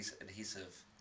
adhesive